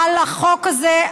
על החוק הזה,